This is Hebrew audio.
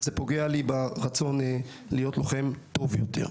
זה פוגע לי ברצון להיות לוחם טוב יותר.